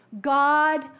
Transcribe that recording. God